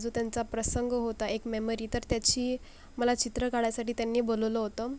जो त्यांचा प्रसंग होता एक मेमरी तर त्याची मला चित्र काढायसाठी त्यांनी बोलवलं होतं